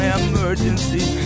emergency